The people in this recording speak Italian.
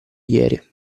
ieri